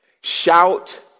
shout